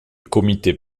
comité